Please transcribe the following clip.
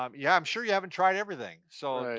um yeah, i'm sure you haven't tried everything. so,